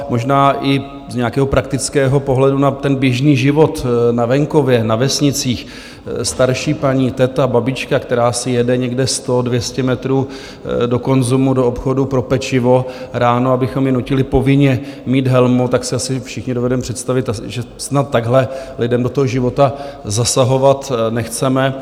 A možná i z nějakého praktického pohledu na ten běžný život na venkově, na vesnicích, starší paní, teta, babička, která si jede někde 100, 200 metrů do konzumu, do obchodu pro pečivo ráno, abychom ji nutili povinně mít helmu, tak si asi všichni dovedeme představit, že snad takhle lidem do toho života zasahovat nechceme.